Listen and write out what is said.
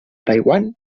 taiwan